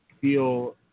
feel